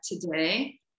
today